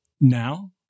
now